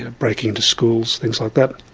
ah breaking into schools, things like that.